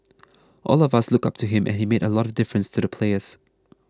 all of us looked up to him and he made a lot of difference to the players